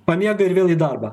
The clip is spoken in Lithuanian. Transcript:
pamiega ir vėl į darbą